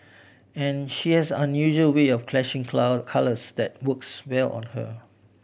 and she has unusual way of clashing cloud colours that works well on her